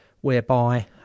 whereby